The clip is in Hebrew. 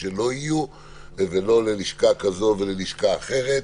שלא יהיו ולא ללשכה כזו או ללשכה כזו